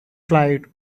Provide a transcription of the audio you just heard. flight